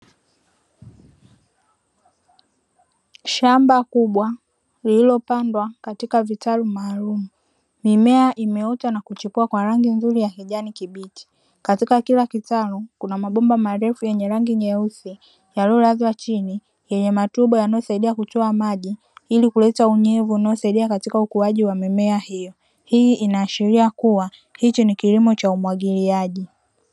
Shamba kubwa lililopandwa katika vitalu maalumu. Mimea imeota na kuchipua kwa rangi nzuri ya kijani kibichi. Katika kila kitalu kuna mabomba marefu yenye rangi nyeusi yaliyolazwa chini, yenye matobo yanayosaidia kutoa maji ili kuleta unyevu unaosaidia katika ukuaji wa mimea hiyo. Hii inaashiria kuwa hichi ni kilimo cha umwagiliaji.